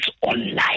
online